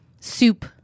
soup